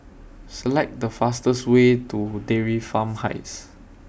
Select The fastest Way to Dairy Farm Heights